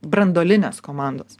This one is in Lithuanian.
branduolinės komandos